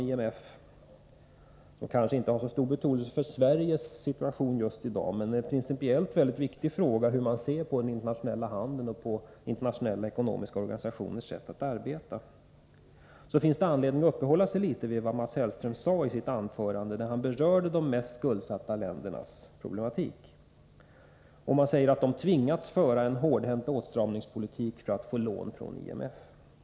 IMF har kanske inte så stor betydelse för Sveriges situation just i dag, men principiellt är det en mycket viktig fråga hur man ser på den internationella handeln och internationella ekonomiska organisationers sätt att arbeta. Därför finns det anledning att uppehålla sig litet vid vad Mats Hellström sade i sitt anförande, där han berörde de mest skuldsatta ländernas problematik och sade att de hade tvingats att föra en hårdhänt åtstramningspolitik för att få lån från IMF.